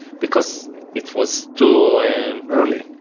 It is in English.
because it was too early,